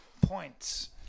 points